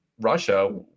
russia